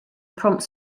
prompts